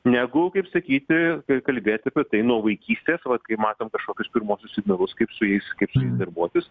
negu kaip sakyti kaip kalbėti apie tai nuo vaikystės vat kai matom kažkokius pirmuosius signalus kaip su jais kaip darbuotis